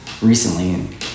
recently